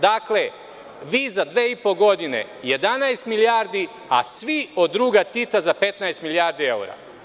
Dakle, vi za dve i po godine 11 milijardi, a svi od druga Tita za 15 milijardi evra.